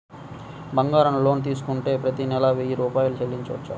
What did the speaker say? బంగారం లోన్ తీసుకుంటే ప్రతి నెల వెయ్యి రూపాయలు చెల్లించవచ్చా?